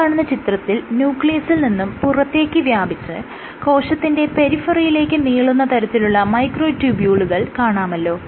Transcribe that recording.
ഈ കാണുന്ന ചിത്രത്തിൽ ന്യൂക്ലിയസിൽ നിന്നും പുറത്തേക്ക് വ്യാപിച്ച് കോശത്തിന്റെ പെരിഫെറിയിലേക്ക് നീളുന്ന തരത്തിലുള്ള മൈക്രോ ട്യൂബ്യുളുകൾ കാണാമല്ലോ